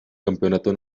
campeonato